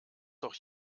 doch